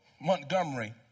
Montgomery